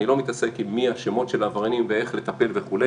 אני לא מתעסק עם השמות של העבריינים ואיך לטפל וכו',